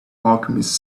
alchemist